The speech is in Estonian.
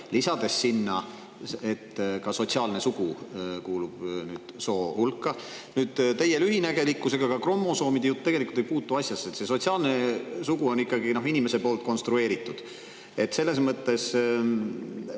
lisades sinna, et ka sotsiaalne sugu kuulub nüüd soo hulka. Teie lühinägelikkuse ja ka kromosoomide jutt tegelikult ei puutu asjasse, see sotsiaalne sugu on ikkagi inimese poolt konstrueeritud. Selles mõttes